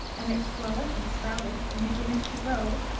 and it swelleth and sprouteth, and beginneth to grow,